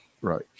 right